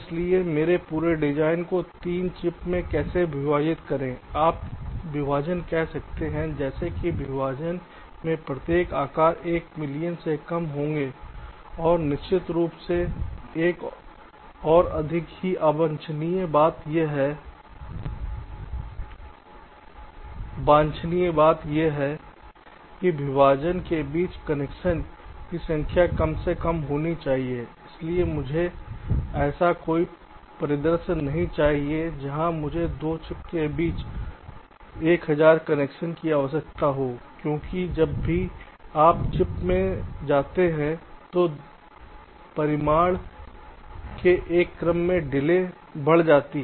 इसलिए मेरे पूरे डिज़ाइन को 3 में कैसे विभाजित करें आप विभाजन कह सकते हैं जैसे कि विभाजन के प्रत्येक आकार 1 मिलियन से कम होंगे और निश्चित रूप से एक और बहुत ही वांछनीय बात यह है कि विभाजन के बीच कनेक्शन की संख्या कम से कम होनी चाहिए क्योंकि मुझे ऐसा कोई परिदृश्य नहीं चाहिए जहाँ मुझे 2 चिप्स के बीच 1000 कनेक्शन की आवश्यकता हो क्योंकि जब भी आप चिप से जाते हैं तो परिमाण के एक क्रम से डिले बढ़ जाती है